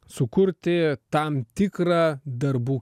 sukurti tam tikrą darbų